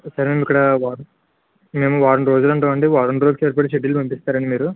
మేము ఇక్కడ మేము వారం రోజులు ఉంటాం అండి వారం రోజులకు సరిపడ షెడ్యూల్ పంపిస్తారండి మీరు